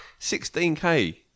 16k